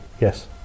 yes